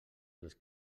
els